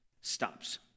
stops